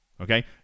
Okay